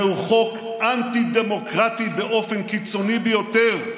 זהו "חוק אנטי-דמוקרטי באופן קיצוני ביותר,